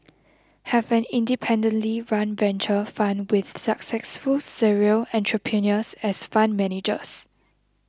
have an independently run venture fund with successful serial entrepreneurs as fund managers